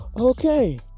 Okay